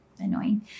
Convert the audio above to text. Annoying